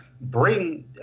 bring